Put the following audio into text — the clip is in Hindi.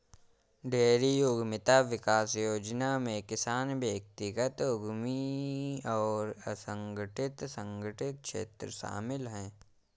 डेयरी उद्यमिता विकास योजना में किसान व्यक्तिगत उद्यमी और असंगठित संगठित क्षेत्र शामिल है